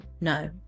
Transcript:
No